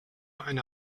eine